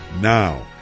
now